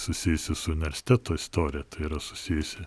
susijusi su universiteto istorija tai yra susijusi